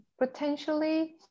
potentially